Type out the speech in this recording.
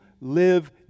live